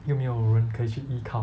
又没有人可以去依靠